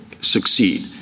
succeed